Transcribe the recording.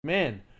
Man